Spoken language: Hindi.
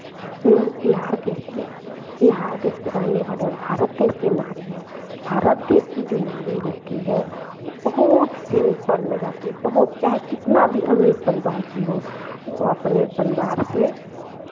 हम लोग बिहार देश में बिहार देश के रहने वाले और भारत देश की नारी है भारत देश की जो नारी होती है वो बहुत सिम्पल में रहती हैं बहुत चाहे कितना भी अमीर परिवार की हो वो अपने परिवार से